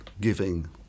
giving